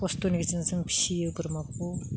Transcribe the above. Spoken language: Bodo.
कस्त'नि गेजेरजों जों फिसियो बोरमाखौ